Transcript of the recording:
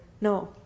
No